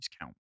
count